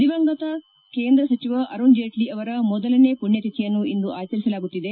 ದಿವಂಗತ ಕೇಂದ್ರ ಸಚಿವ ಅರುಣ್ ಜೇಟ್ಲ ಅವರ ಮೊದಲನೇ ಪುಣ್ಣತಿಥಿಯನ್ನು ಇಂದು ಆಚರಿಸಲಾಗುತ್ತಿದೆ